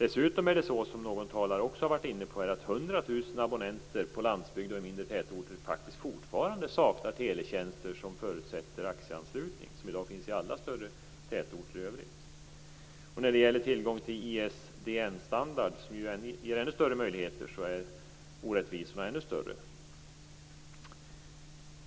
Som någon talare också har varit inne på saknar dessutom 100 000 abonnenter på landsbygden och i mindre orter fortfarande teletjänster som förutsätter AXE-anslutning, något som i dag finns i alla större tätorter i övrigt. När det gäller tillgång till ISDN-standard, som ju ger ännu större möjligheter, är orättvisorna ännu större.